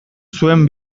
zuen